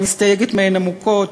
אני מסתייגת מהן עמוקות.